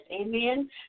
Amen